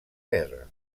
guerra